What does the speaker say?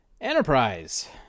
Enterprise